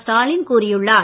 ஸ்டாலின் கூறியுள்ளார்